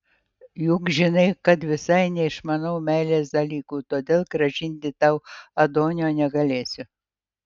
juk žinai kad visai neišmanau meilės dalykų todėl grąžinti tau adonio negalėsiu